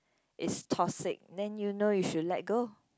is toxic then you know you should let go